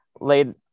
laid